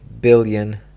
billion